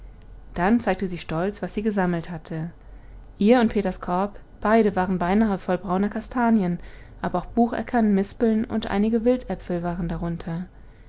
dann zeigte sie stolz was sie gesammelt hatte ihr und peters korb beide waren beinahe voll brauner kastanien aber auch bucheckern mispeln und einige wildäpfel waren darunter